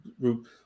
group